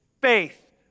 faith